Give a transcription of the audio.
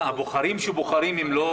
מה, הבוחרים לא בוחרים?